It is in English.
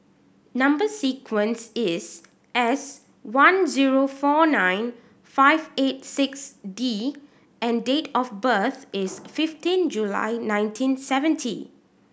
number sequence is S one zero four nine five eight six D and date of birth is fifteen July nineteen seventy